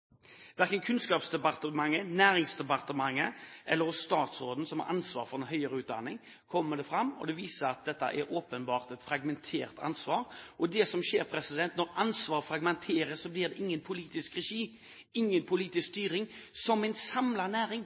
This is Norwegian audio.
verken fra Kunnskapsdepartementet, fra Næringsdepartementet eller fra statsråden som har ansvar for den høyere utdanningen, kommer det fram – og det viser at dette åpenbart er et fragmentert ansvar. Det som skjer når ansvar fragmenteres, er at det blir ingen politisk regi, ingen politisk styring. En samlet næring,